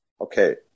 Okay